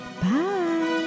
Bye